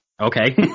okay